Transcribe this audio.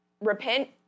repent